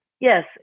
Yes